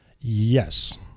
Yes